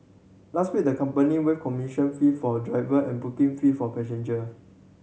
last week the company waived commission fee for driver and booking fee for passenger